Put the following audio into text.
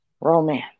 romance